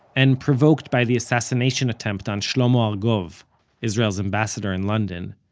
and provoked by the assassination attempt on shlomo argov, israel's ambassador in london,